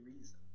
reason